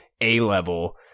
a-level